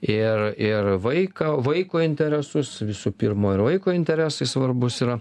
ir ir vaiką vaiko interesus visų pirma ir vaiko interesai svarbūs yra